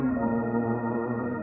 more